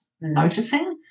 noticing